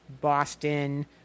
Boston